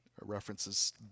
references